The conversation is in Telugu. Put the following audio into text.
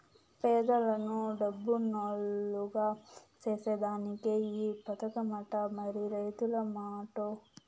పేదలను డబ్బునోల్లుగ సేసేదానికే ఈ పదకమట, మరి రైతుల మాటో